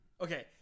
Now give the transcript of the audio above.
Okay